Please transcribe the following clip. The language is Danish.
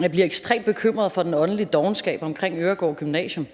Jeg bliver ekstremt bekymret for den åndelige dovenskab omkring Øregård Gymnasium.